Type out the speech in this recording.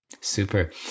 super